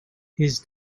his